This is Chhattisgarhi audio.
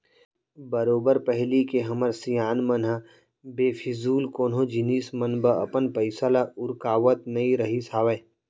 बरोबर पहिली के हमर सियान मन ह बेफिजूल कोनो जिनिस मन म अपन पइसा ल उरकावत नइ रहिस हावय